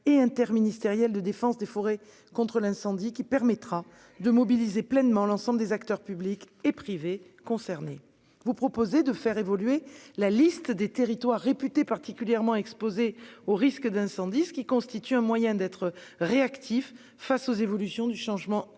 et interministérielle de défense des forêts contre l'incendie, qui permettra de mobiliser pleinement l'ensemble des acteurs, publics et privés, concernés. Vous proposez ensuite de faire évoluer la liste des territoires réputés comme particulièrement exposés aux risques d'incendie, ce qui constitue un moyen d'être réactif face aux évolutions du changement climatique.